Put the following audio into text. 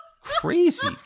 Crazy